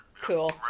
cool